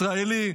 ישראלי,